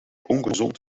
ongezond